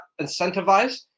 incentivized